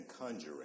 conjuring